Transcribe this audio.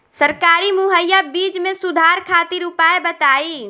सरकारी मुहैया बीज में सुधार खातिर उपाय बताई?